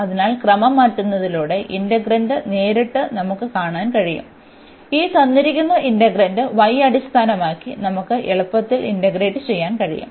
അതിനാൽ ക്രമം മാറ്റുന്നതിലൂടെ ഇന്റഗ്രൻന്റ് നേരിട്ട് നമുക്ക് കാണാൻ കഴിയും ഈ തന്നിരിക്കുന്ന ഇന്റഗ്രൻന്റ് y അടിസ്ഥാനമാക്കി നമുക്ക് എളുപ്പത്തിൽ ഇന്റഗ്രേറ്റ് ചെയ്യാൻ കഴിയും